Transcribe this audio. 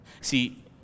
See